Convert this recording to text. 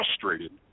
frustrated